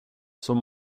som